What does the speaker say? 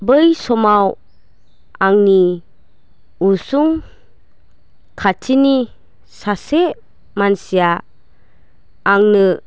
बै समाव आंनि उसुं खाथिनि सासे मानसिया आंनो